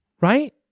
right